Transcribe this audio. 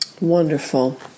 Wonderful